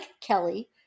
kelly